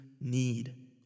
need